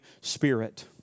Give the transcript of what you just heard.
spirit